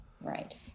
Right